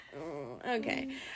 okay